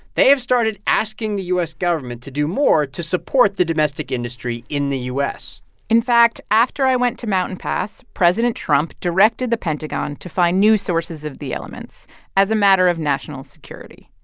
they have started asking the u s. government to do more to support the domestic industry in the u s in fact, after i went to mountain pass, president trump directed the pentagon to find new sources of the elements as a matter of national security.